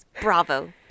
Bravo